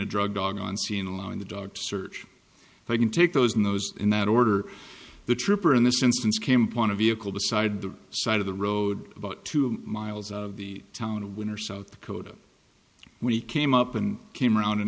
a drug dog on scene allowing the dog to search they can take those in those in that order the tripper in this instance came point a vehicle beside the side of the road about two miles of the town of winner south dakota when he came up and came around and